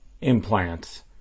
Implants